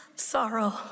sorrow